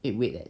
eh wait eh